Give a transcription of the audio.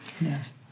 Yes